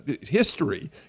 history